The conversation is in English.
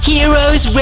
Heroes